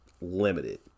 limited